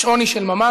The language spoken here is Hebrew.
6270, 6338, 6349,